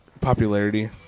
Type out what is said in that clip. Popularity